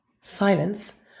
Silence